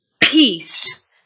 peace